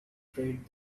freight